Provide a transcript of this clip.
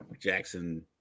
Jackson